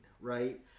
right